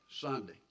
Sunday